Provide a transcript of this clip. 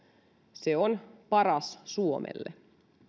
se on paras suomelle